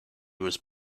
was